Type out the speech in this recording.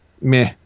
Meh